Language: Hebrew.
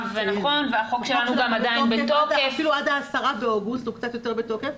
נכון, והחוק שלנו גם עדיין בתוקף.